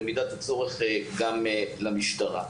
ובמידת הצורך גם למשטרה.